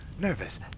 Nervous